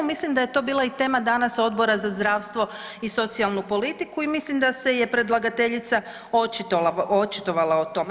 Mislim da je to bila i tema danas Odbora za zdravstvo i socijalnu politiku i mislim da se je predlagateljica očitovala o tome.